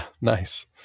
nice